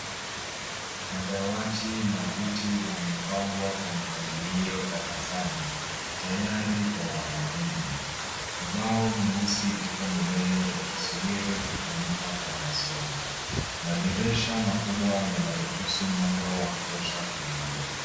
Madawati na viti vimepangwa kwa mpangilio darasani tayari kwa wanafunzi. Ubao mweusi upo mbele ukisubiri kutumika kwa masomo. Madirisha makubwa yanaruhusu mwanga wa kutosha kuingia.